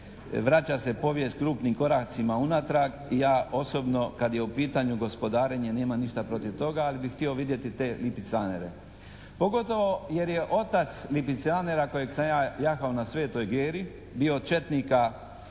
vraća se povijest krupnim koracima unatrag i ja osobno kad je u pitanju gospodarenje nemam ništa protiv toga ali bih htio vidjeti te lipicanere, pogotovo jer je otac lipicanera kojeg sam ja jahao na Svetoj Geri bio od četnika